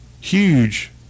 huge